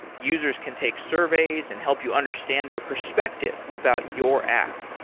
users can take surveys and help you understand their perspective about your app.